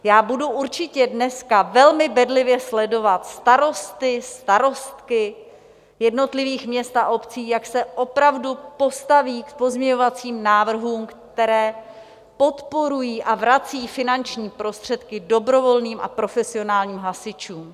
Já budu určitě dneska velmi bedlivě sledovat starosty, starostky jednotlivých měst a obcí, jak se opravdu postaví k pozměňovacím návrhům, které podporují a vrací finanční prostředky dobrovolným a profesionálním hasičům.